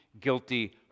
guilty